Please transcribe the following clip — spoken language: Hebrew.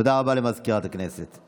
תודה רבה לסגנית מזכיר הכנסת.